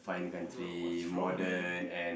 you know what's wrong man